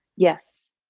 yes.